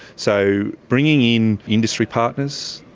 so bringing in industry partners,